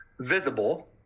visible